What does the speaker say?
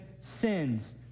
sins